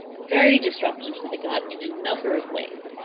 very disruptive to the gut in a number of ways.